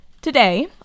Today